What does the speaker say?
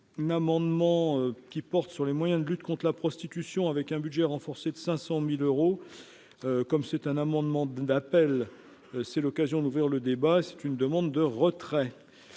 n'amendements qui porte sur les moyens de lutte contre la prostitution, avec un budget renforcé de 500000 euros, comme c'est un amendement d'appel, c'est l'occasion d'ouvrir le débat, c'est une demande de retrait